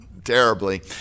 terribly